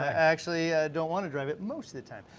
ah actually, i don't wanna drive it most of the time.